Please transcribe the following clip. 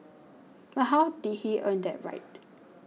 but how did he earn that right